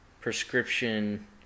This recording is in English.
prescription